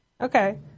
Okay